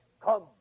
come